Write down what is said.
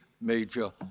major